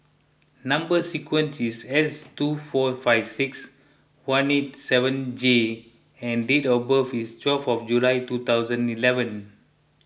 Number Sequence is S two four five six one eight seven J and date of birth is twelve of July two thousand eleven